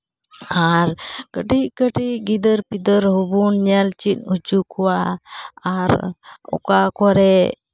ᱟᱨ ᱠᱟᱹᱴᱤᱡ ᱠᱟᱹᱴᱤᱡ ᱜᱤᱫᱟᱹᱨ ᱯᱤᱫᱟᱹᱨ ᱦᱚᱵᱚᱱ ᱧᱮᱞ ᱪᱮᱫ ᱦᱚᱪᱚ ᱠᱚᱣᱟ ᱟᱨ ᱚᱠᱟ ᱠᱚᱨᱮᱫ